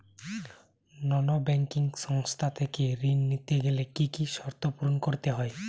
নন banking সংস্থা থেকে ঋণ নিতে গেলে কি কি শর্ত পূরণ করতে হয়?